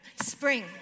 Spring